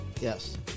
Yes